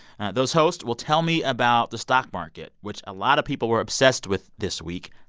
those hosts will tell me about the stock market, which a lot of people were obsessed with this week,